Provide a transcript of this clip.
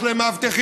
יש להם מאבטחים,